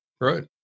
Right